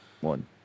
one